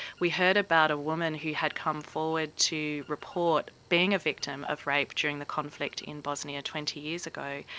we heard about a woman who had come forward to report being a victim of rape during the conflict in bosnia twenty years ago.